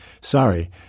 Sorry